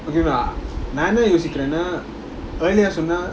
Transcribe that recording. நான்என்னயோசிக்கிறேனா:nan enna yosikirena